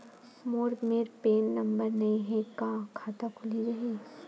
मोर मेर PAN number नई हे का खाता खुल जाही?